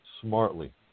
smartly